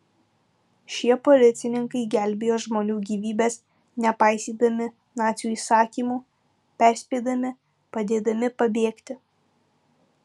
šie policininkai gelbėjo žmonių gyvybes nepaisydami nacių įsakymų perspėdami padėdami pabėgti